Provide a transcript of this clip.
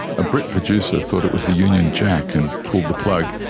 a brit producer thought it was the union jack and pulled the plug.